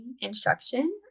instruction